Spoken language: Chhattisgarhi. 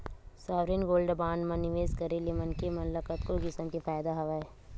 सॉवरेन गोल्ड बांड म निवेस करे ले मनखे मन ल कतको किसम के फायदा हवय